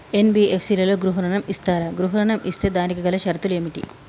NBFC లలో గృహ ఋణం ఇస్తరా? గృహ ఋణం ఇస్తే దానికి గల షరతులు ఏమిటి?